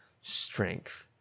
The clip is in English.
strength